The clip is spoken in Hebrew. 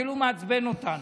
כאילו הוא מעצבן אותנו.